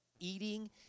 eating